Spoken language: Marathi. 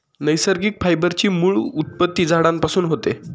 नैसर्गिक फायबर ची मूळ उत्पत्ती झाडांपासून होते